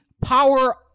power